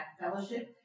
Fellowship